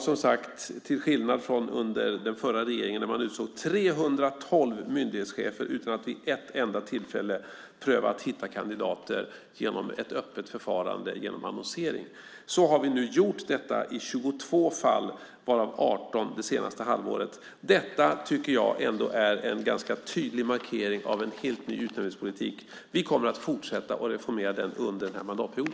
Som sagt, till skillnad från hur det var under den förra regeringen, då man utsåg 312 myndighetschefer utan att vid ett enda tillfälle pröva att hitta kandidater genom ett öppet förfarande genom annonsering, har vi nu gjort detta i 22 fall, varav 18 under det senaste halvåret. Detta tycker jag ändå är en ganska tydlig markering av en helt ny utnämningspolitik. Vi kommer att fortsätta att reformera den under denna mandatperiod.